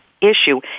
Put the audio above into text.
issue